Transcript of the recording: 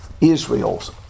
Israel's